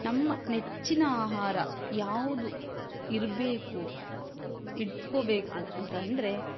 ನಮ್ಮ ನೆಚ್ಚಿನ ಆಹಾರ ಯಾವುದು ಇರಬೇಕು ಇಟ್ಕೋಬೇಕು ಅಂತ ಅಂದರೆ